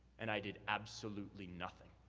and i did absolutely nothing.